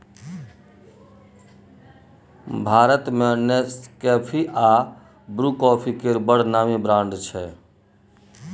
भारत मे नेसकेफी आ Bru coffee केर बड़ नामी ब्रांड छै